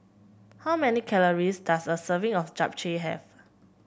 how many calories does a serving of Japchae have